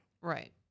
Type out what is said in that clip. Right